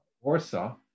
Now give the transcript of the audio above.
Warsaw